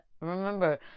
remember